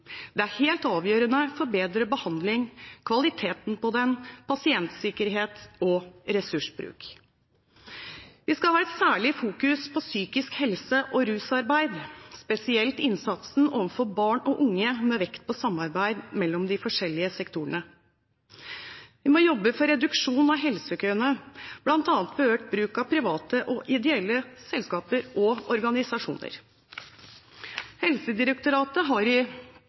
er helt avgjørende for bedre behandling og kvaliteten på den, pasientsikkerhet og ressursbruk. Vi skal ha et særlig fokus på psykisk helse og rusarbeid, spesielt innsatsen overfor barn og unge, med vekt på samarbeid mellom de forskjellige sektorene. Vi må jobbe for reduksjon av helsekøene, bl.a. ved økt bruk av private og ideelle selskaper og organisasjoner. Helsedirektoratet har i